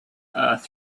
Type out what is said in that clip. earth